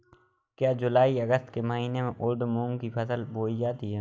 क्या जूलाई अगस्त के महीने में उर्द मूंग की फसल बोई जाती है?